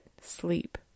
SLEEP